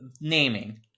naming